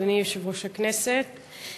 אדוני יושב-ראש הכנסת,